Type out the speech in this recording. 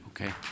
Okay